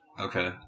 Okay